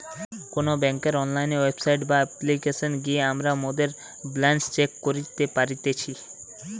কোনো বেংকের online website বা অপ্লিকেশনে গিয়ে আমরা মোদের ব্যালান্স চেক করি পারতেছি